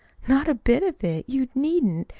not a bit of it! you needn't.